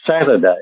Saturday